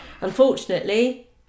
unfortunately